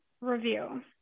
review